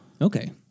Okay